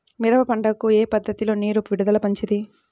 మిరప పంటకు ఏ పద్ధతిలో నీరు విడుదల మంచిది?